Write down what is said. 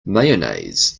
mayonnaise